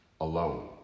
alone